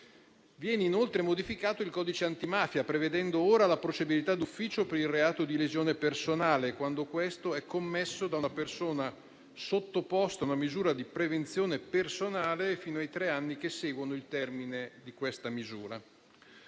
Viene inoltre modificato il codice antimafia, prevedendo ora la procedibilità d'ufficio per il reato di lesione personale, quando è commesso da una persona sottoposta a una misura di prevenzione personale fino ai tre anni che seguono il termine di tale misura.